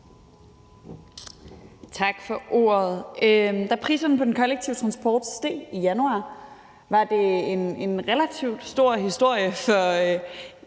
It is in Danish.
Tak for ordet. Da priserne på kollektiv transport steg i januar, var det en relativt stor historie i